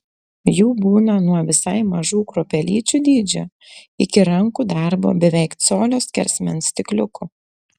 jų būna nuo visai mažų kruopelyčių dydžio iki rankų darbo beveik colio skersmens stikliukų